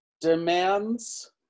demands